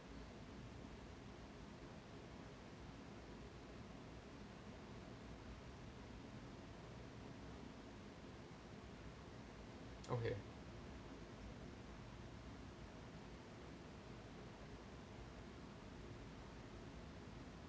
okay